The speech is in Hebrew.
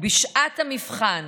ובשעת המבחן,